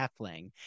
Heffling